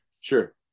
Sure